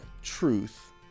truth